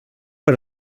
per